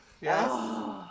Yes